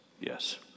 Yes